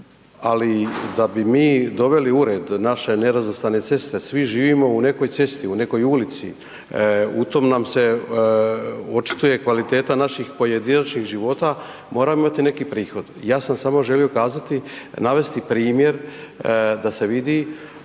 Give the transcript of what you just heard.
ali da bi mi doveli u red naše nerazvrstane ceste, svi živimo u nekoj cesti u nekoj ulici, u tom nam se očituje kvaliteta naših pojedinačnih života, moramo imati neki prihod. Ja sam samo želio kazati, navesti primjer da se vidi